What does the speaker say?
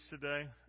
today